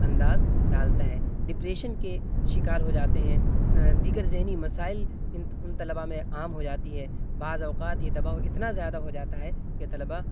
انداز ڈالتا ہے ڈپریشن کے شکار ہو جاتے ہیں دیگر ذہنی مسائل ان ان طلبا میں عام ہو جاتی ہے بعض اوقات یہ دباؤ اتنا زیادہ ہو جاتا ہے کہ طلبا